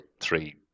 three